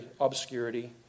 obscurity